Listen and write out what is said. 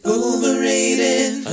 overrated